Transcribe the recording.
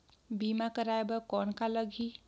बीमा कराय बर कौन का लगही?